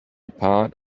part